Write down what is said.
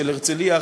של הרצליה,